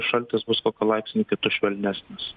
šaltis bus kokiu laipsniu kitu švelnesnis